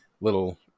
little